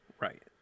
Right